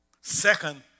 Second